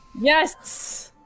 Yes